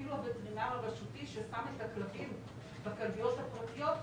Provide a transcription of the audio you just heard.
אפילו הווטרינר הרשותי ששם את הכלבים בכלביות הפרטיות,